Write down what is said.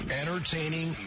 entertaining